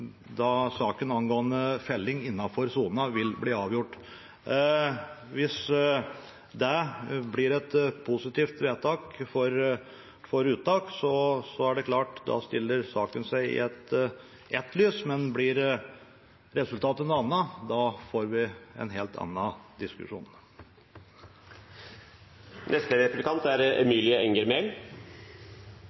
da saken angående felling innenfor sonen vil bli avgjort. Hvis det blir et positivt vedtak for uttak, stiller saken seg i ett lys, men blir resultatet noe annet, får vi en helt annen diskusjon. Bruk av utmarksbeite er